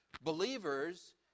Believers